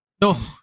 No